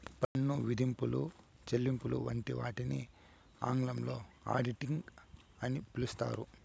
పన్ను విధింపులు, చెల్లింపులు వంటి వాటిని ఆంగ్లంలో ఆడిటింగ్ అని పిలుత్తారు